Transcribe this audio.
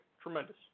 tremendous